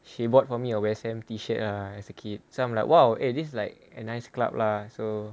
she bought for me a west ham t-shirt lah as a kid so I'm like !wow! eh this is like a nice club lah so